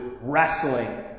wrestling